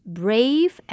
brave